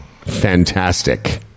fantastic